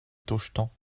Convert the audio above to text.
tostañ